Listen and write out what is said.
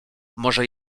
może